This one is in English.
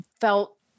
felt